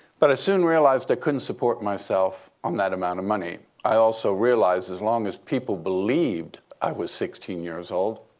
but i soon realized i couldn't support myself on that amount of money. i also realize as long as people believed i was sixteen years old,